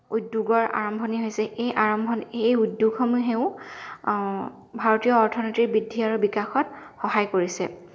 উদ্যোগৰ আৰম্ভনি হৈছে এই আৰম্ভনি এই উদ্যোগসমূহেও ভাৰতীয় অৰ্থনীতিৰ বৃদ্ধি আৰু বিকাশত সহায় কৰিছে